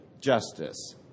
justice